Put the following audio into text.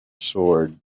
sword